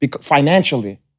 financially